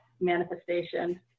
manifestation